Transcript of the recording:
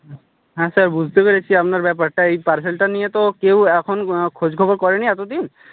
হ্যাঁ স্যার বুঝতে পেরেছি আপনার ব্যাপারটা এই পার্সেলটা নিয়ে তো কেউ এখন খোঁজখবর করেনি এতদিন